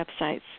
websites